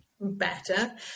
better